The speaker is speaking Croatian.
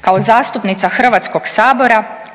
kao zastupnica HS-a, kako